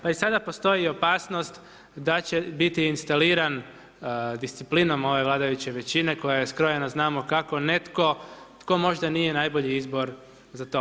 Pa i sada postoji opasnost da će biti instaliran, disciplinom ove vladajuće većine, koja je skrojena znamo kako, netko tko možda nije najbolji izbor za to.